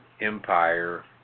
empire